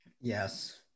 Yes